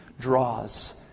draws